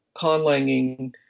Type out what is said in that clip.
conlanging